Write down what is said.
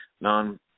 non